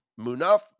Munaf